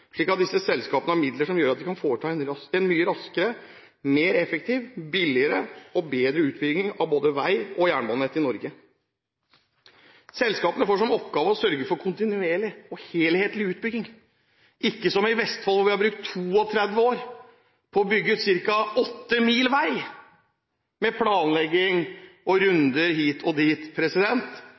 slik at disse selskapene har midler som gjør at de kan foreta en mye raskere, mer effektiv, billigere og bedre utbygging av både vei- og jernbanenettet i Norge. Selskapene får som oppgave å sørge for kontinuerlig og helhetlig utbygging – ikke som i Vestfold, hvor man har brukt 32 år på å bygge ut ca. 8 mil vei, med planlegging og runder hit og dit.